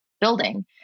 building